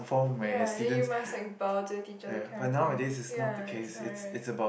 ya then you must like bow to the teacher that kind of thing ya it's not right